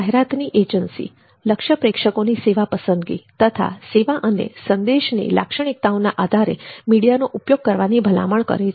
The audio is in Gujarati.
જાહેરાતની એજન્સી લક્ષ્ય પ્રેક્ષકોની સેવા પસંદગી તથા સેવા અને સંદેશની લાક્ષણિકતાઓને આધારે મીડિયાનો ઉપયોગ કરવાની ભલામણ કરે છે